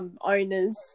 Owner's